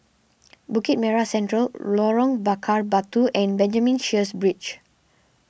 Bukit Merah Central Lorong Bakar Batu and Benjamin Sheares Bridge